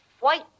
white